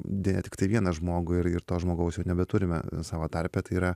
deja tiktai vieną žmogų ir ir to žmogaus jau nebeturime savo tarpe tai yra